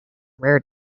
rare